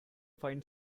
find